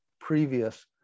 previous